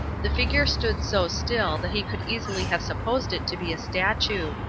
the figure stood so still that he could easily have supposed it to be a statue.